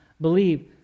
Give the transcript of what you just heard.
believe